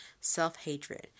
self-hatred